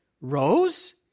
Rose